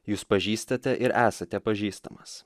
jūs pažįstate ir esate pažįstamas